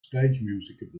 stage